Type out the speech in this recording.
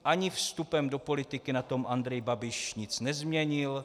Ani vstupem do politiky na tom Andrej Babiš nic nezměnil.